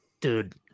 Dude